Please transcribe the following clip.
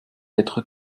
être